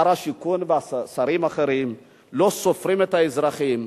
שר השיכון ושרים אחרים, לא סופרים את האזרחים.